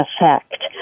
effect